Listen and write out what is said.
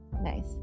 Nice